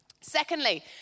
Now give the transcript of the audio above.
Secondly